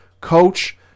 coach